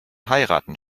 heiraten